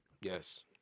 Yes